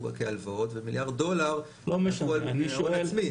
כהלוואות ומיליארד דולר לקחו מהון עצמי.